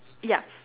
ya